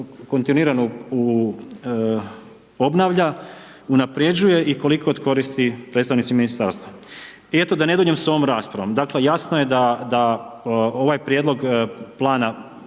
kontinuirano obnavlja, unapređuje i koliko je od koristi predstavnicima ministarstva? I eto da ne duljim sa ovom raspravom, dakle jasno je da ovaj prijedlog plana